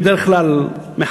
בדרך כלל מחברינו,